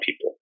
people